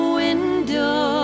window